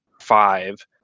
five